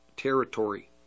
Territory